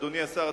שאדוני השר,